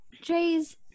Jay's